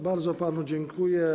Bardzo panu dziękuję.